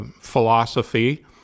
philosophy